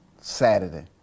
Saturday